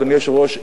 אדוני היושב-ראש,